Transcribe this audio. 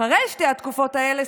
אחרי שתי התקופות האלה,